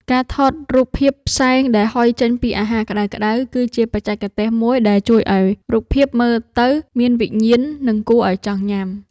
ការថតរូបភាពផ្សែងដែលហុយចេញពីអាហារក្ដៅៗ គឺជាបច្ចេកទេសមួយដែលជួយឱ្យរូបភាពមើលទៅមានវិញ្ញាណ និងគួរឱ្យចង់ញ៉ាំ។